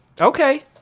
Okay